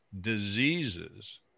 diseases